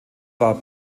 war